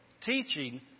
Teaching